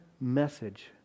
message